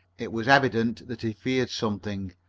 it was evident that he feared something,